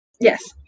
yes